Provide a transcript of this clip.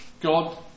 God